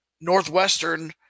Northwestern